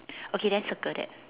okay then circle that